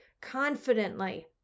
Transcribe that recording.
confidently